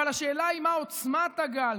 אבל השאלה היא מה עוצמת הגל,